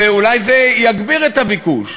ואולי זה יגביר את הביקוש,